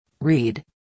read